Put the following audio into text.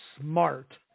smart